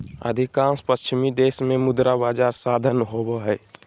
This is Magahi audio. अधिकांश पश्चिमी देश में मुद्रा बजार साधन होबा हइ